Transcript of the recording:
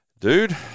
dude